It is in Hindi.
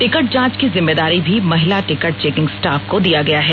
टिकट जांच की जिम्मेदारी भी महिला टिकट चेकिंग स्टाफ को दिया गया है